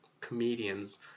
comedians